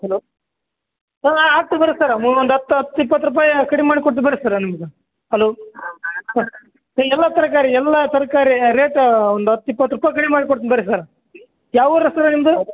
hello ಹ್ಞೂ ಆಗ್ತದ್ರೀ sir ಮ್ ಒಂದು ಹತ್ತು ಹತ್ತು ಇಪ್ಪತ್ತು ರೂಪಾಯಿ ಕಡಿಮೆ ಮಾಡಿ ಕೊಡ್ತೀವಿ ಬನ್ರಿ ಸರ ನಿಮಗೆ ಹಲೋ ಹಾಂ ಎಲ್ಲ ತರಕಾರಿ ಎಲ್ಲ ತರಕಾರಿ ರೇಟ್ ಒಂದು ಹತ್ತು ಇಪ್ಪತ್ತು ರೂಪಾಯಿ ಕಡಿಮೆ ಮಾಡ್ಕೊಡ್ತೀನಿ ಬನ್ರಿ ಸರ ಯಾವ ಊರು ಸರ್ ನಿಮ್ಮದು